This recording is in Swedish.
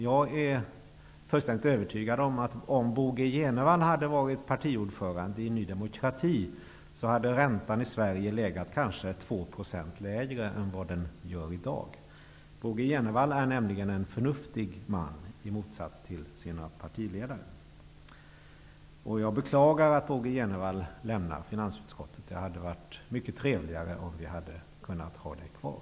Jag är fullständigt övertygad om att räntan i Sverige skulle ligga kanske 2 % lägre än den gör i dag om Bo G Jenevall hade varit partiordförande i Ny demokrati. Bo G Jenevall är nämligen en förnuftig man, i motsats till sin partiledare. Jag beklagar att Bo G Jenevall lämnar finansutskottet. Det hade varit mycket trevligare om vi hade kunnat ha honom kvar.